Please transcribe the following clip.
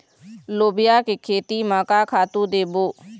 लोबिया के खेती म का खातू देबो?